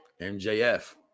MJF